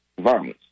violence